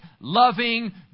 loving